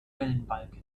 wellenbalken